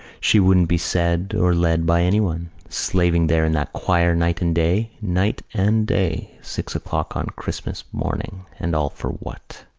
she wouldn't be said or led by anyone, slaving there in that choir night and day, night and day. six o'clock on christmas morning! and all for what?